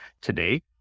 Today